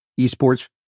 esports